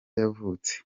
yavutse